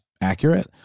accurate